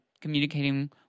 communicating